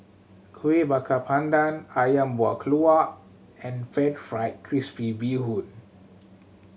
Kuih Bakar Pandan Ayam Buah Keluak and Pan Fried Crispy Bee Hoon